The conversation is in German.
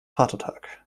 vatertag